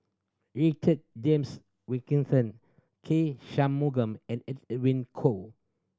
Richard James Wilkinson K Shanmugam and Edwin Koo